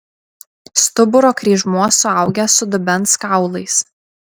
stuburo kryžmuo suaugęs su dubens kaulais